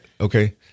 Okay